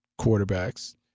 quarterbacks